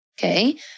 okay